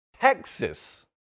Texas